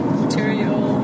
material